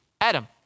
Adam